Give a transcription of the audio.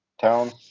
Town